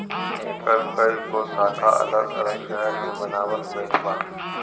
एकर कई गो शाखा अलग अलग शहर में बनावल गईल बा